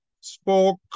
Spoke